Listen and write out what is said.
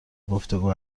گفتگو